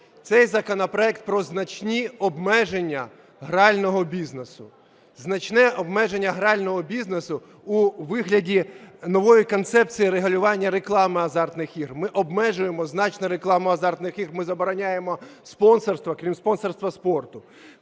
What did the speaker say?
Цей законопроект про значні обмеження грального бізнесу. Значне обмеження грального бізнесу у вигляді нової концепції регулювання реклами азартних ігор, ми обмежуємо значно рекламу азартних ігор, ми забороняємо спонсорство, крім спонсорства спорту.